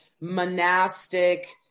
monastic